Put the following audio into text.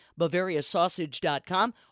BavariaSausage.com